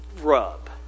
rub